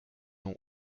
ont